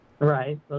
right